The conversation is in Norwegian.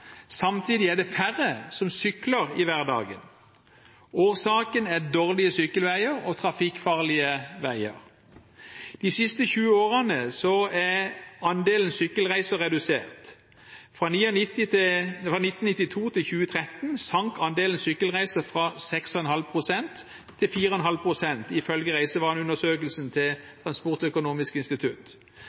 Samtidig er det færre som sykler i hverdagen. Årsaken er dårlige sykkelveier og trafikkfarlige veier. De siste 20 årene er andelen sykkelreiser redusert. Fra 1992 til 2013 sank andelen sykkelreiser fra 6,5 pst. til 4,5 pst. ifølge reisevaneundersøkelsen til Transportøkonomisk institutt.